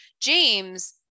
James